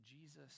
Jesus